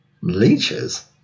Leeches